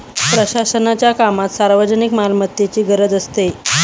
प्रशासनाच्या कामात सार्वजनिक मालमत्तेचीही गरज असते